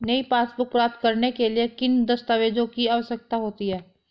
नई पासबुक प्राप्त करने के लिए किन दस्तावेज़ों की आवश्यकता होती है?